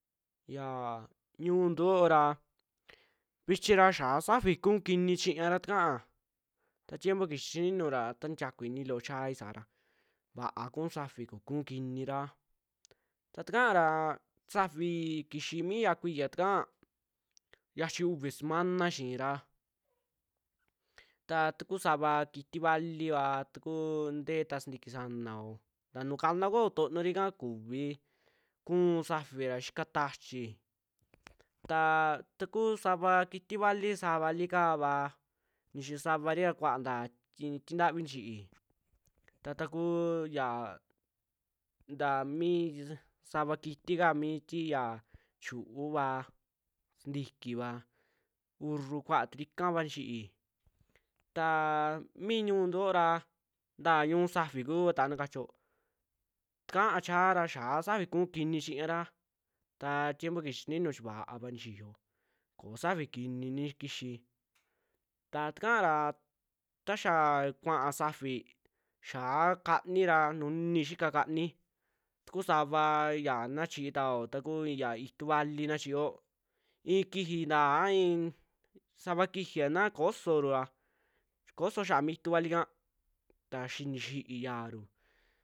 Xia ñu'untu yo'o ra, vichira ra xiaa safi ku'u kini chiñara takaa taa tiempo kixii chininu ra ta nitiaku ini loo chaai saara vaa ku'u safi ko ku'u kiniira ta taka ra safi kixi mi ya kuiya, yachi uvi semana xiira taa taku sava kitii valiva, ta kuu ntee ta sintiki sanao ntaa nu kanao koo kutoniorika kuvii, ku'u safi ra xika ta'achi, taa taku sava kiti vali sa'a vali kaava nixi savari ra kuaa nta ti- tintavi nixi'i, ta takuu ya nta mii sava kitika mi tii yaa chiu'uva, sintikiva, urru kuaturika va nixi'i taa mi ñuntu yo'o ra, nta ñu'u safi kuata na kachio takaa chiaara xiaa safi ku'u kini chiñara, ta tiempo kixi chininu va'ava nixiyo, koo safi kini ni kixi ta takaa ra taxaa kua safi xia ka'ani ra nunii xika ka'ani, tuku sava ya naa chiitao ta ku ya itu'u vali na chiiyo i'in kiji ntaa a i'in sava kijia na koosoru ra, xi koso xiaa mi itu'u valika ta xinixi'i yaru.